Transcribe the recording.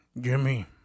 Jimmy